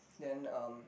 then um